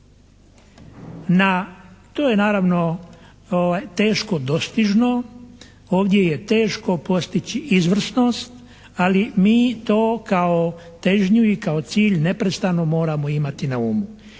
To je naravno teško dostižno. Ovdje je teško postići izvrsnost, ali mi to kao težnju i kao cilj neprestano moramo imati na umu.